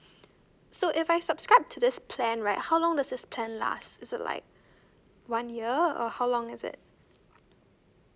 so if I subscribe to this plan right how long does this plan last is it like one year or how long is it